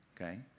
Okay